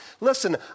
Listen